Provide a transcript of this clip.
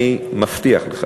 אני מבטיח לך